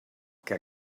que